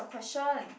question